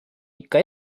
ikka